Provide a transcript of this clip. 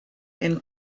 and